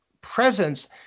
presence